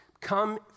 come